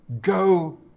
Go